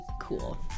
cool